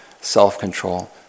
self-control